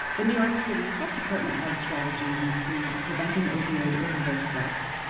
the new york city health department-led strategies include preventing opioid overdose deaths,